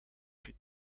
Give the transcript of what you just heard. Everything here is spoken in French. plus